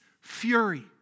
fury